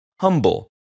humble